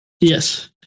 yes